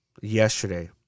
yesterday